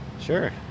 Sure